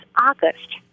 August